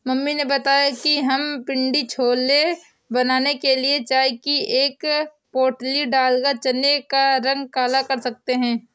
mummy ने बताया कि हम पिण्डी छोले बनाने के लिए चाय की एक पोटली डालकर चने का रंग काला कर सकते हैं